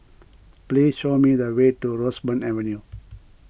please show me the way to Roseburn Avenue